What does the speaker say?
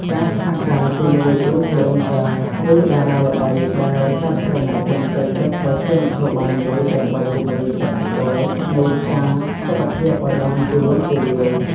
ការសហការជាមួយ Influencer ឬតារាល្បីដែលសាធារណជនចូលចិត្តក៏ជាមធ្យោបាយមួយដើម្បីពង្រីកឥទ្ធិពលនៃសារសុខភាពឲ្យបានទូលំទូលាយ។